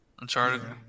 Uncharted